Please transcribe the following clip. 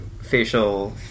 facial